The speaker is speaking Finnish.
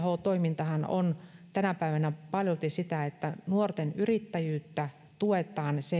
toimintahan on tänä päivänä paljolti sitä että nuorten yrittäjyyttä tuetaan